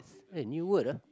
eh new word ah